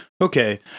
Okay